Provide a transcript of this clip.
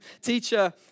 Teacher